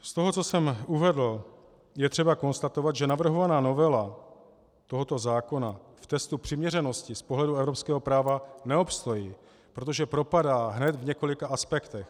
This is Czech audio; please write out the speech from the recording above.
Z toho, co jsem uvedl, je třeba konstatovat, že navrhovaná novela tohoto zákona v testu přiměřenosti z pohledu evropského práva neobstojí, protože propadá hned v několika aspektech.